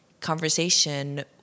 conversation